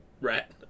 rat